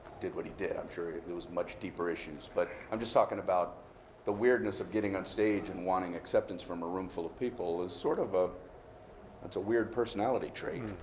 did what he did. i'm sure it was much deeper issues. but i'm just talking about the weirdness of getting on stage and wanting acceptance from a roomful of people is, sort of a that's a weird personality trait.